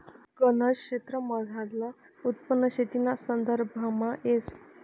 गनज क्षेत्रमझारलं उत्पन्न शेतीना संदर्भामा येस